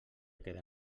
quedar